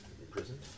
imprisoned